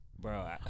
Bro